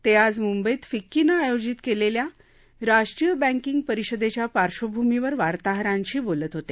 ते आज मुंबईत फिक्कीनं आयोजित केलेल्या राष्ट्रीय बँकिंग परिषदेच्या पार्श्वभूमीवर वार्ताहरांशी बोलत होते